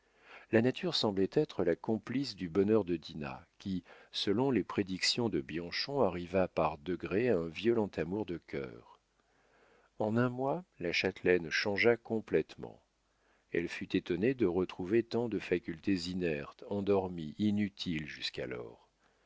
la nature semblait être la complice du bonheur de dinah qui selon les prédictions de bianchon arriva par degrés à un violent amour de cœur en un mois la châtelaine changea complétement elle fut étonnée de retrouver tant de facultés inertes endormies inutiles jusqu'alors